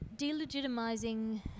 delegitimizing